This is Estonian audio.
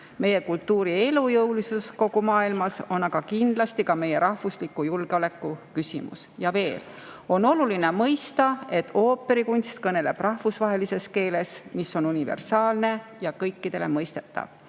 Meie kultuuri elujõulisus kogu maailmas on aga kindlasti ka meie rahvusliku julgeoleku küsimus." Ja veel: "Ooperikunst kõneleb rahvusvahelises keeles, mis on universaalne ja kõikidele mõistetav.